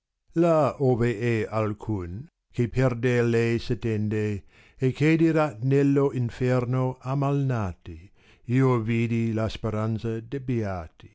là ove è alcun che perder lei s attende e che dirà nello inferno a malnati io vidi la speranza